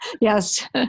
Yes